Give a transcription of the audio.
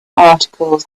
articles